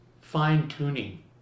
fine-tuning